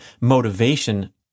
motivation